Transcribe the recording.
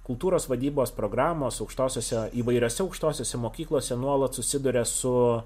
kultūros vadybos programos aukštosiose įvairiose aukštosiose mokyklose nuolat susiduria su